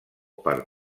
per